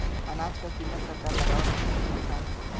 अनाज क कीमत सरकार लगावत हैं कि किसान भाई?